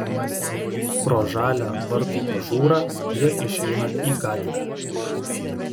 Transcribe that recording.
pro žalią vartų ažūrą jie išeina į gatvę